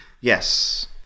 yes